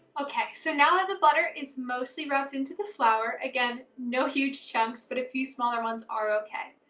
okay, so now ah the butter is mostly rubbed into the flour, again, no huge chunks but a few smaller ones are okay.